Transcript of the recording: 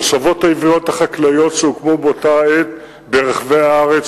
המושבות החקלאיות העבריות שהוקמו באותה עת ברחבי הארץ,